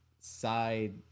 side